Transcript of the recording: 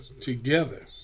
together